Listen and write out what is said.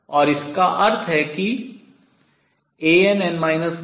और इसका अर्थ है कि Ann 124